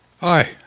Hi